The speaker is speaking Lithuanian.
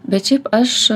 bet šiaip aš